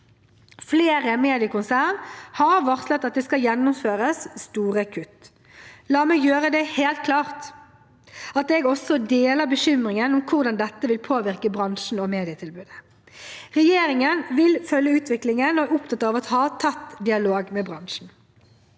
Flere mediekonsern har varslet at det skal gjennomføres store kutt. La meg gjøre det helt klart at jeg også deler bekymringen for hvordan dette vil påvirke bransjen og medietilbudet. Regjeringen vil følge utviklingen og er opptatt av å ha tett dialog med bransjen.